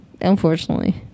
Unfortunately